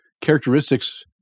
characteristics